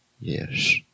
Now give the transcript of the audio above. Yes